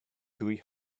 three